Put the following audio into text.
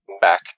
back